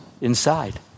inside